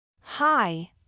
Hi